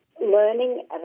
learning